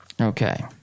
okay